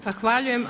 Zahvaljujem.